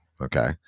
Okay